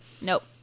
Nope